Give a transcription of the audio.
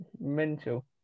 Mental